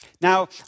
Now